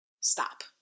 stop